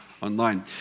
online